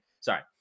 Sorry